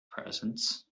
presence